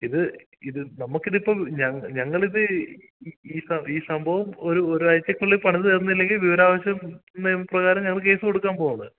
ഇത് ഇത് നമുക്ക് ഇത് ഇപ്പം ഞങ്ങൾ ഞങ്ങൾ ഇത് ഇ ഇ സംഭവം ഒരു ഒരാഴ്ചക്കുള്ളിൽ പണിത് തന്നില്ലെങ്കിൽ വിവരാവകാശം നിയമപ്രകാരം ഞങ്ങൾ കേസ് കൊടുക്കാൻ പോകുകയാണ്